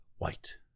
White